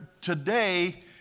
Today